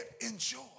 Enjoy